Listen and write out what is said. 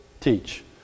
teach